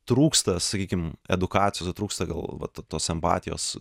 trūksta sakykim edukacijos trūksta gal vat tos empatijos